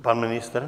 Pan ministr?